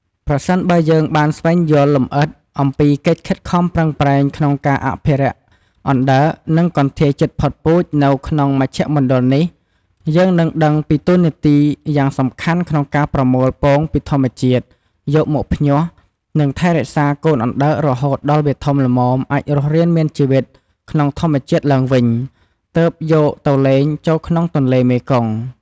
ប្រសិនបើយើងបានស្វែងយល់លម្អិតអំពីកិច្ចខិតខំប្រឹងប្រែងក្នុងការអភិរក្សអណ្ដើក និងកន្ធាយជិតផុតពូជនៅក្នុងមជ្ឈមណ្ឌលនេះ យើងនឹងដឹងពីតួនាទីយ៉ាងសំខាន់ក្នុងការប្រមូលពងពីធម្មជាតិ យកមកភ្ញាស់ និងថែរក្សាកូនអណ្ដើករហូតដល់វាធំល្មមអាចរស់រានមានជីវិតក្នុងធម្មជាតិឡើងវិញ ទើបយកទៅលែងចូលក្នុងទន្លេមេគង្គ ។